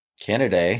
Canada